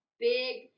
Big